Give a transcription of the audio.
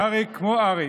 אריק כמו אריק,